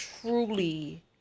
truly